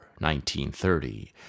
1930